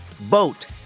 boat